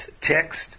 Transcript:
text